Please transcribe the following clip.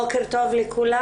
בוקר טוב לכולם.